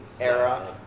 era